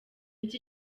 iki